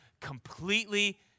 completely